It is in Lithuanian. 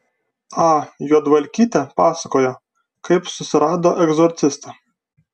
a juodvalkytė pasakojo kaip susirado egzorcistą